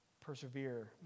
persevere